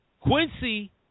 Quincy